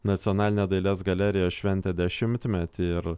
nacionalinė dailės galerija šventė dešimtmetį ir